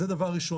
זה דבר ראשון.